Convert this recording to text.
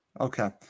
Okay